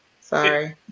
Sorry